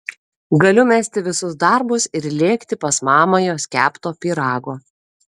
galiu mesti visus darbus ir lėkti pas mamą jos kepto pyrago